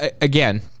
again